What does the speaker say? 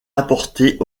apporter